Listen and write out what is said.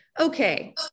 okay